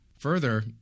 Further